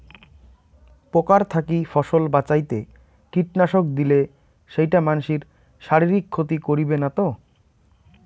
পোকার থাকি ফসল বাঁচাইতে কীটনাশক দিলে সেইটা মানসির শারীরিক ক্ষতি করিবে না তো?